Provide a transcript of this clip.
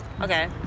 Okay